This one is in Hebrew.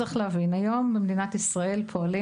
צריך להבין: היום במדינת ישראל פועלים